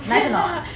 nice or not